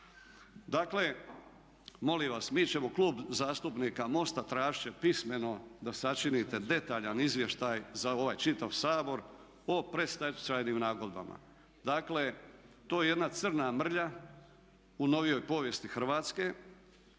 Dakle, molim vas. Mi ćemo Klub zastupnika MOST-a tražit će pismeno da sačinite detaljan izvještaj za ovaj čitav Sabor o predstečajnim nagodbama. Dakle, to je jedna crna mrlja u novijoj povijesti Hrvatske.